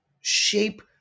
shape